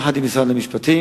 יחד עם משרד המשפטים,